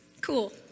Cool